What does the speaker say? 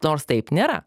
nors taip nėra